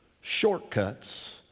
shortcuts